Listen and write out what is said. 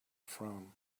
from